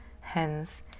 Hence